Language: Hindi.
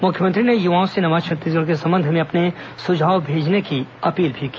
उन्होंने युवाओं से नवा छत्तीसगढ़ के संबंध में अपने सुझाव भेजने की अपील भी की